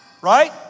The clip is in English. right